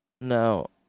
Now